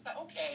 okay